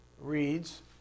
reads